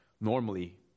normally